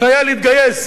לחייל להתגייס,